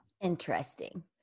Interesting